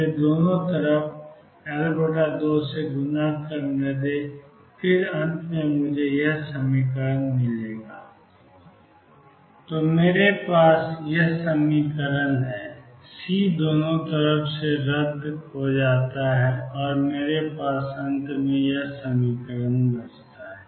C दो तरफ से रद्द करता है और मेरे पास tan βL2 है